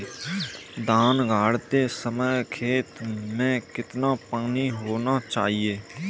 धान गाड़ते समय खेत में कितना पानी होना चाहिए?